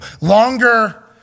Longer